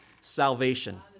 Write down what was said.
salvation